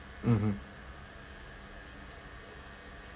mmhmm